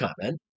comment